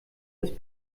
ist